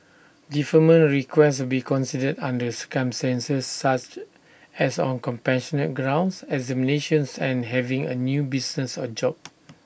deferment requests will be considered under circumstances such as on compassionate grounds examinations and having A new business or job